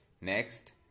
next